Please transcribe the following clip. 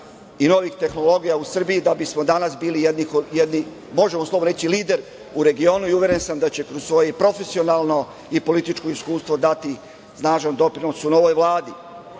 i novih tehnologija u Srbiji da bismo danas bili jedni, možemo slobodno reći lider u regionu i uveren sam da će kroz svoje profesionalno i političko iskustvo dati snažan doprinos u novoj Vladi. Kada